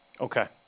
Okay